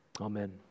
Amen